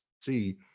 see